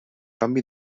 canvi